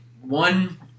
One